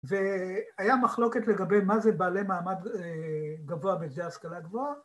והיה מחלוקת לגבי מה זה בעלי מעמד גבוה בשדה השכלה גבוהה.